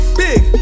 big